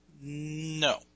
No